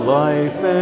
life